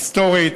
היסטורית,